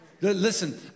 Listen